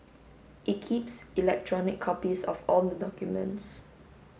it keeps electronic copies of all the documents